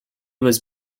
was